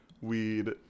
Weed